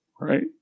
right